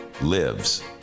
lives